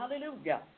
Hallelujah